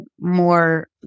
more